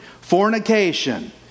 Fornication